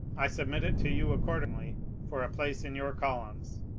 i submit it to you accordingly for a place in your columns.